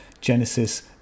Genesis